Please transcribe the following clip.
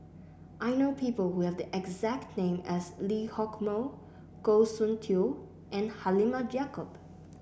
I know people who have the exact name as Lee Hock Moh Goh Soon Tioe and Halimah Yacob